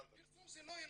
פרסום זה לא אלי.